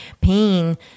pain